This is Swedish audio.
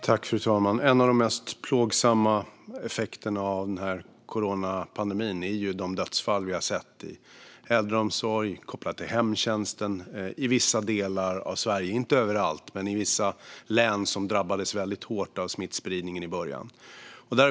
Fru talman! En av de mest plågsamma effekterna av coronapandemin är de dödsfall vi har sett i äldreomsorg och kopplat till hemtjänsten i vissa delar av Sverige, inte överallt men i vissa län som drabbades väldigt hårt av smittspridningen i början.